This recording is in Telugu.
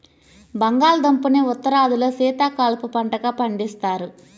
బంగాళాదుంపని ఉత్తరాదిలో శీతాకాలపు పంటగా పండిస్తారు